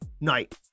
night